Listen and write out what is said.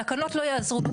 התקנות לא יעזרו פה.